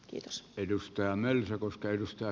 kiitos edustajan eli sokos köyhyys ja